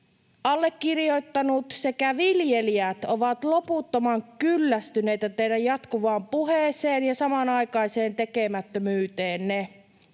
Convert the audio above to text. Allekirjoittanut sekä viljelijät ovat loputtoman kyllästyneitä teidän jatkuvaan puheeseenne ja samanaikaiseen tekemättömyyteenne